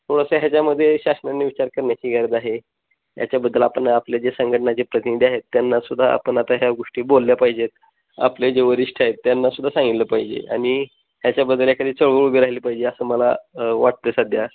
थोडंसं याच्यामध्ये शासनानी विचार करण्याची गरज आहे याच्याबद्दल आपण आपले जे संघटना जे प्रतिनिधी आहेत त्यांनासुद्धा आपण आता ह्या गोष्टी बोलल्या पाहिजेत आपले जे वरीष्ठ आहेत त्यांनासुद्धा सांगितलं पाहिजे आणि याच्याबद्दल एखादी चळवळ उभी राहिली पाहिजे असं मला वाटते सध्या